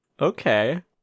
okay